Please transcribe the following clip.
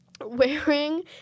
wearing